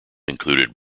included